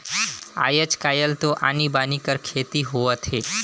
आयज कायल तो आनी बानी कर खेती होवत हे